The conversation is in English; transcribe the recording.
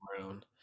brown